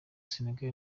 senegal